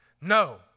No